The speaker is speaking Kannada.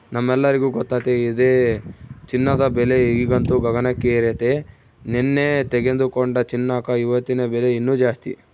ನಮ್ಮೆಲ್ಲರಿಗೂ ಗೊತ್ತತೆ ಇದೆ ಚಿನ್ನದ ಬೆಲೆ ಈಗಂತೂ ಗಗನಕ್ಕೇರೆತೆ, ನೆನ್ನೆ ತೆಗೆದುಕೊಂಡ ಚಿನ್ನಕ ಇವತ್ತಿನ ಬೆಲೆ ಇನ್ನು ಜಾಸ್ತಿ